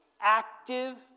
active